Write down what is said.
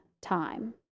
time